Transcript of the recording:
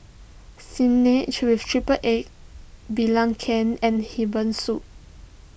Spinach with Triple Egg Belacan and Herbal Soup